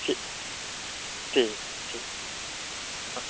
ঠিক ঠিক আছে ঠিক আছে হুম